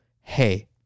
hey